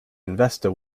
investor